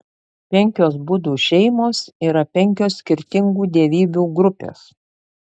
penkios budų šeimos yra penkios skirtingų dievybių grupės